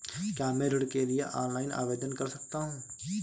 क्या मैं ऋण के लिए ऑनलाइन आवेदन कर सकता हूँ?